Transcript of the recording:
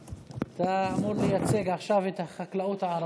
אתה אמור לייצג עכשיו את החקלאות הערבית.